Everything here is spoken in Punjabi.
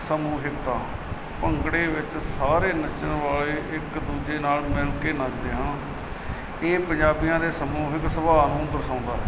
ਸਮੂਹਿਕਤਾ ਭੰਗੜੇ ਵਿੱਚ ਸਾਰੇ ਨੱਚਣ ਵਾਲੇ ਇੱਕ ਦੂਜੇ ਨਾਲ ਮਿਲ ਕੇ ਨੱਚਦੇ ਹਨ ਇਹ ਪੰਜਾਬੀਆਂ ਦੇ ਸਮੂਹਿਕ ਸੁਭਾਅ ਨੂੰ ਦਰਸਾਉਂਦਾ ਹੈ